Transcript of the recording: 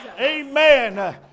amen